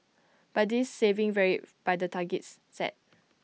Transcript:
but this saving varied by the targets set